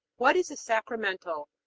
what is a sacramental?